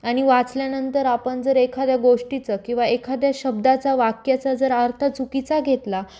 आणि वाचल्यानंतर आपण जर एखाद्या गोष्टीचं किंवा एखाद्या शब्दाचा वाक्याचा जर अर्थ चुकीचा घेतला